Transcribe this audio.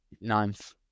Ninth